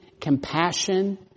compassion